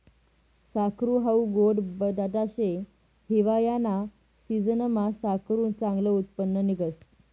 साकरू हाऊ गोड बटाटा शे, हिवायाना सिजनमा साकरुनं चांगलं उत्पन्न निंघस